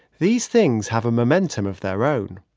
these things have a momentum of their own.